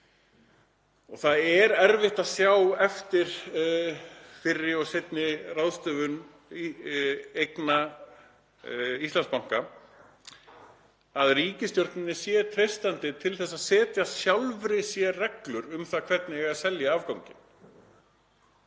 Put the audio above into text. Það er erfitt að sjá, eftir fyrri og seinni ráðstöfun eignarhluta Íslandsbanka, að ríkisstjórninni sé treystandi til að setja sjálfri sér reglur um það hvernig eigi að selja afganginn.